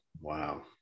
Wow